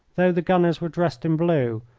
though the gunners were dressed in blue,